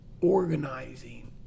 organizing